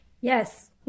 Yes